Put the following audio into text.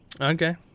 Okay